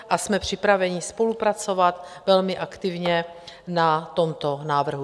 A jsme připraveni spolupracovat velmi aktivně na tomto návrhu.